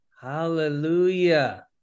Hallelujah